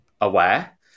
aware